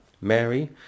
Mary